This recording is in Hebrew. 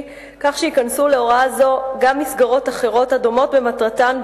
כך שייכנסו להוראה זו גם מסגרות אחרות הדומות במטרתן,